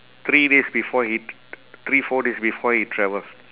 three days before he t~ t~ three four days before he travel